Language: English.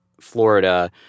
Florida